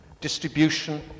distribution